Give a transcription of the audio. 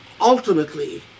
ultimately